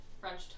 French